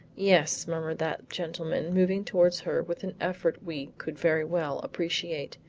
yes, murmured that gentleman moving towards her with an effort we could very well appreciate.